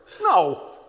No